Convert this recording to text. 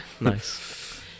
Nice